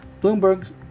Bloomberg